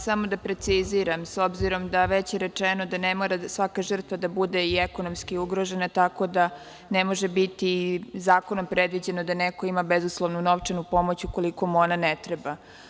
Samo da preciziram, s obzirom da je već rečeno da ne mora svaka žrtva da bude i ekonomski ugrožena, tako da ne može biti zakonom predviđeno da neko ima bezuslovnu novčanu pomoć ukoliko mu ona ne treba.